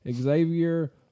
Xavier